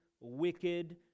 wicked